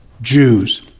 Jews